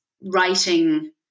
writing